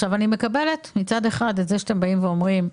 אני מקבלת מצד אחד שאתם אומרים,